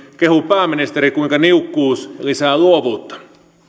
kehuu pääministeri kuinka niukkuus lisää luovuutta